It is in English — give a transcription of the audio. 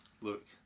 look